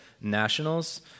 nationals